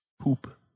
Poop